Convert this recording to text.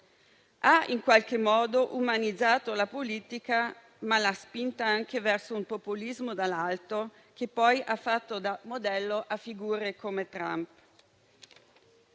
Ha in qualche modo umanizzato la politica, ma l'ha spinta anche verso un populismo dall'alto che poi ha fatto da modello a figure come Trump.